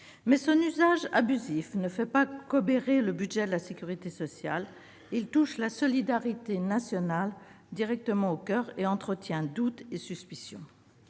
étant, son usage abusif ne fait pas qu'obérer le budget de la sécurité sociale : il touche la solidarité nationale au coeur tout en entretenant doutes et suspicions.